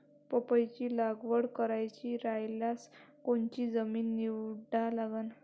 पपईची लागवड करायची रायल्यास कोनची जमीन निवडा लागन?